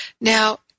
Now